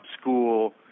school